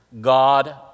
God